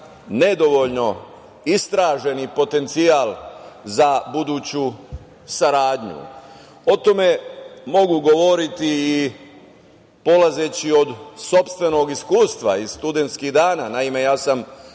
nedovoljno istražen potencijal za buduću saradnju.O tome mogu govoriti, polazeći od sopstvenog iskustva iz studentskih dana. Naime, ja sam